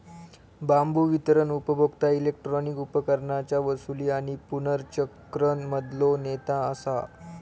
बांबू वितरण उपभोक्ता इलेक्ट्रॉनिक उपकरणांच्या वसूली आणि पुनर्चक्रण मधलो नेता असा